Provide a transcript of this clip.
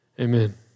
Amen